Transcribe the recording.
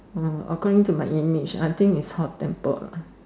oh according to my image I think is hot temper lah